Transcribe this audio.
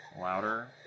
louder